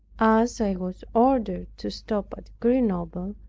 as i was ordered to stop at grenoble,